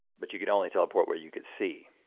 but you could only teleport where you could see.